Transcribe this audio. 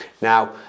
Now